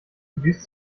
düst